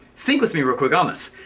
think with me real quick on this.